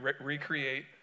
recreate